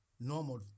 normal